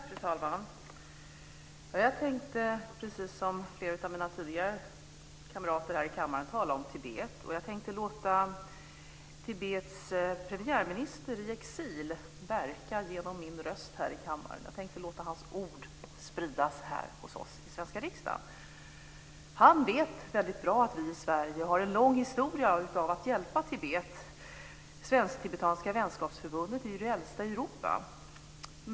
Fru talman! Jag tänkte, precis som flera av mina kamrater här i kammaren tidigare, tala om Tibet. Jag tänkte låta Tibets premiärminister i exil verka genom min röst här i kammaren. Jag tänkte låta hans ord spridas här hos oss i den svenska riksdagen. Han vet väldigt bra att vi i Sverige har en lång historia när det gäller att hjälpa Tibet. Svensktibetanska vänskapsförbundet är det äldsta i Europa.